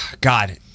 God